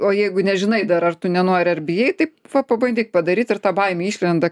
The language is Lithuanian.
o jeigu nežinai dar ar tu nenori ar bijai taip va pabandyk padaryt ir ta baimė išlenda